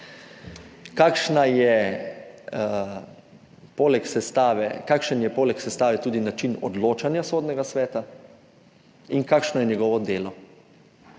kakšen je poleg sestave tudi način odločanja Sodnega sveta in kakšno je njegovo delo.